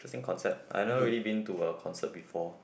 interesting concept I not really been to a concert before